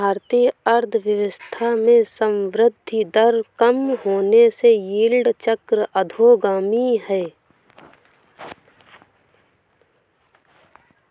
भारतीय अर्थव्यवस्था में संवृद्धि दर कम होने से यील्ड वक्र अधोगामी है